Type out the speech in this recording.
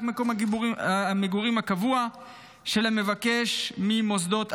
מקום המגורים הקבוע של המבקש ממוסדות הלימוד.